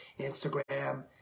Instagram